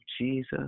Jesus